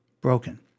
broken